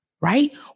right